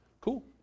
Cool